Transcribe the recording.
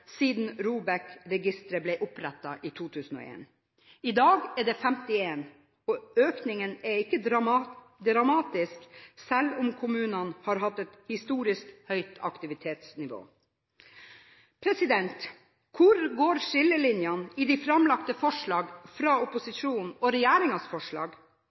siden ROBEK-registeret ble opprettet i 2001. I dag er det 51, og økningen er ikke dramatisk, selv om kommunene har hatt et historisk høyt aktivitetsnivå. Hvor går skillelinjene i de framlagte forslag fra opposisjonen og regjeringens forslag?